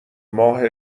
ماه